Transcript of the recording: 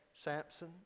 Samson